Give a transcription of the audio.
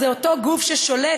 זה אותו גוף ששולט,